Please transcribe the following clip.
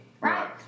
Right